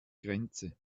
grenze